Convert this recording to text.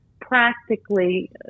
practically